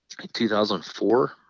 2004